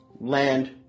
Land